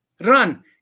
run